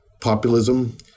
populism